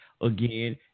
again